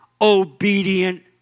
obedient